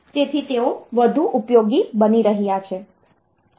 તેથી તેઓ વધુ ઉપયોગી બની રહ્યા છે